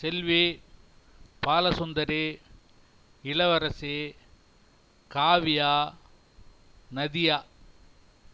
Selvi Balasundari Ilavarasi Kaviya Nadiya